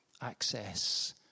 access